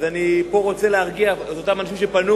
אני רוצה להרגיע את אותם אנשים שפנו